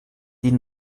die